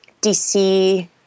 DC